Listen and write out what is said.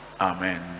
Amen